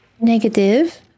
negative